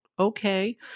Okay